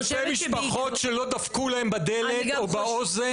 אלפי משפחות שלא דפקו להם בדלת או באוזן והן אוכלות את עצמן עד היום.